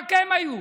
רק הם היו.